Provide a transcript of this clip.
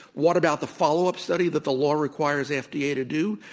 what about the follow-up studies that the law requires the fda yeah to do?